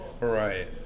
Right